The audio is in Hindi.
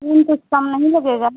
फूल कुछ कम नहीं लगेगा